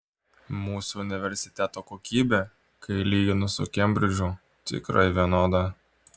mūsų universiteto kokybė kai lyginu su kembridžu tikrai vienoda